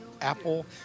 apple